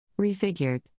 Refigured